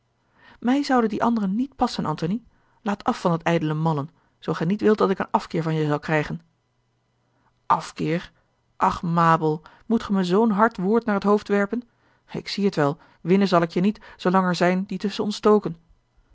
mij zouden die anderen niet passen antony laat af van dat ijdele mallen zoo gij niet wilt dat ik een afkeer van je zal krijgen a l g bosboom-toussaint de delftsche wonderdokter eel fkeer ach mabel moet ge me zoo'n hard woord naar t hoofd werpen ik zie het wel winnen zal ik je niet zoolang er zijn die tusschen